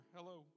Hello